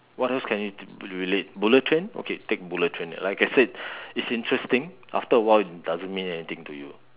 what else can you relate bullet train okay take bullet train like I said it's interesting after a while it doesn't mean anything to you